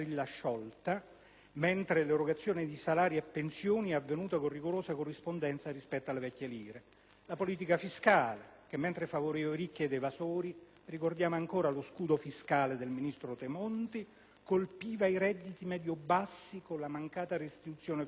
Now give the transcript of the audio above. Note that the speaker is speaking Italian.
mentre l'erogazione di salari e pensioni è avvenuta con rigorosa corrispondenza rispetto alle vecchie lire. Tale aggressione si è avvalsa anche della politica fiscale, che, mentre favoriva ricchi ed evasori (ricordiamo ancora lo scudo fiscale del ministro Tremonti), colpiva i redditi medio-bassi con la mancata restituzione del *fiscal drag*.